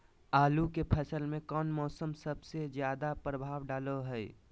आलू के फसल में कौन मौसम सबसे ज्यादा प्रभाव डालो हय?